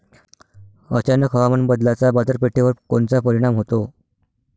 अचानक हवामान बदलाचा बाजारपेठेवर कोनचा परिणाम होतो?